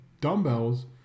dumbbells